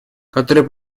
который